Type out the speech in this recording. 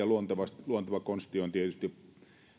luonteva luonteva konsti on tietysti